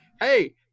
Hey